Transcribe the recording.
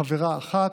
חברה אחת,